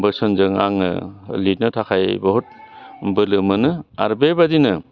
बोसोनजों आङो लिरनो थाखाय बुहुत बोलो मोनो आरो बेबादिनो